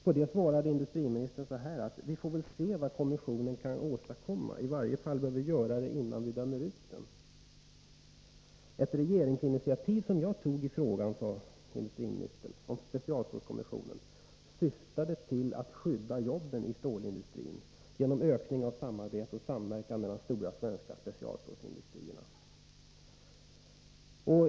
På det svarade industriministern så här: Vi får väl se vad kommissionen kan åstadkomma. I varje fall bör vi göra det, innan vi dömer ut den. Ett regeringsinitiativ som jag tog i frågan, sade industriministern om specialstålskommissionen, syftade till att skydda jobben i stålindustrin genom ökning av samarbete och samverkan mellan de stora svenska specialstålsindustrierna.